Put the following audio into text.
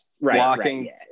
Blocking